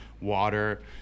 water